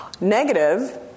Negative